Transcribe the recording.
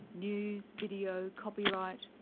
news, video, copyright,